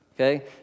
Okay